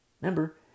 Remember